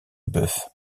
bœuf